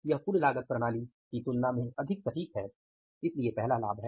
यह कुल लागत प्रणाली की तुलना में अधिक सटीक है इसलिए पहला लाभ है